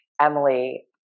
Emily